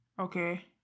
Okay